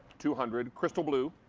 two hundred. crystal blue,